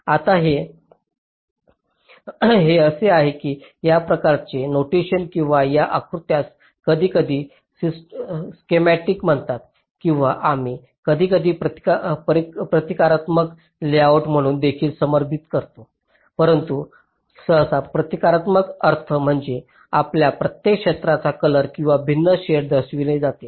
आता हे असे आहे की या प्रकारचे नोटेशन किंवा या आकृत्यास कधीकधी स्किमॅटिक म्हणतात किंवा आम्ही कधीकधी प्रतीकात्मक लेआउट म्हणून देखील संदर्भित करतो परंतु सहसा प्रतीकात्मक अर्थ म्हणजे आपल्या प्रत्येक क्षेत्राचा कलर किंवा भिन्न शेड दर्शविली जाते